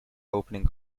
opening